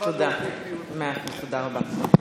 תודה רבה.